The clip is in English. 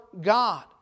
God